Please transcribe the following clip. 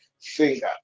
finger